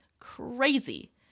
crazy